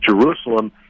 Jerusalem